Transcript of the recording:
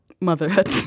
motherhood